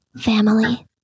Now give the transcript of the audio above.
family